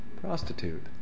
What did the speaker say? prostitute